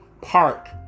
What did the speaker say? park